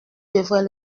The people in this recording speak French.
devrais